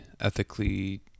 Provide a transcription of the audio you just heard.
ethically